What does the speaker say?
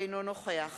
אינו נוכח